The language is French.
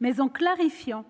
tout en clarifiant